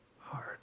hard